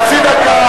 תמה חצי דקה.